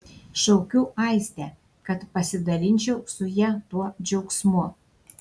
šaukiu aistę kad pasidalinčiau su ja tuo džiaugsmu